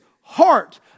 heart